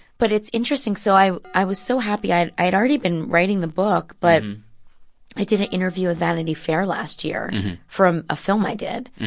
but it's interesting. so i i was so happy. i i had already been writing the book, but i did an interview with vanity fair last year for a film i did.